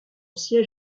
siège